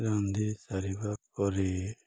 ରାନ୍ଧି ସାରିବା ପରେ